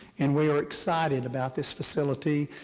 and we are excited about this facility.